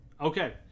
Okay